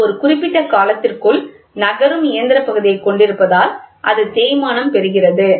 அது ஒரு குறிப்பிட்ட காலத்திற்குள் நகரும் இயந்திரப் பகுதியைக் கொண்டிருப்பதால் அது தேய்மானம் பெறுகிறது